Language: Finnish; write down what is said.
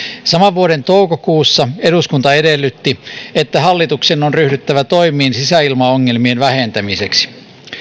saman vuoden toukokuussa eduskunta edellytti että hallituksen on ryhdyttävä toimiin sisäilmaongelmien vähentämiseksi